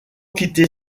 quitter